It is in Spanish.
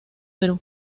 perú